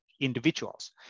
individuals